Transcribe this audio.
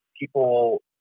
people